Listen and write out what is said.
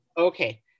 okay